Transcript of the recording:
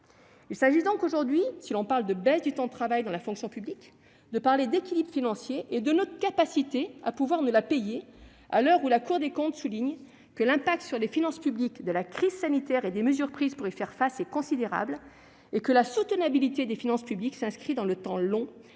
Il s'agit donc, si l'on aborde la question de la baisse du temps de travail dans la fonction publique, d'envisager l'équilibre financier et notre capacité à financer une telle réforme, à l'heure où la Cour des comptes souligne que « l'impact sur les finances publiques de la crise sanitaire et des mesures prises pour y faire face est considérable » et que « la soutenabilité des finances publiques s'inscrit dans le temps long